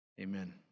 amen